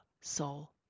soul